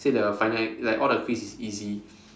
say the final like all the quiz is easy